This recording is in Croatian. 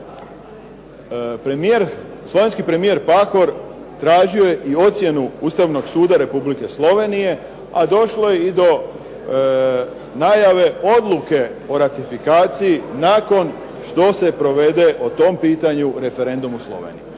slovenski premijer Pahor tražio je i ocjenu Ustavnog suda Republike Slovenije, a došlo je i do najave odluke o ratifikaciji nakon što se provede o tom pitanju referendum u Sloveniji.